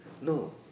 No